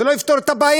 זה לא יפתור את הבעיה.